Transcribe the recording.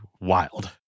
wild